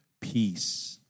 peace